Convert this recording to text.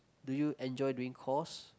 do you enjoy doing chores